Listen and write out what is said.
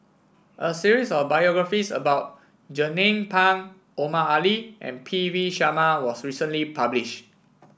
a series of biographies about Jernnine Pang Omar Ali and P V Sharma was recently published